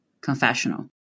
confessional